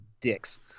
dicks